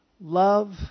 love